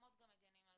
המצלמות גם מגנות עליכן,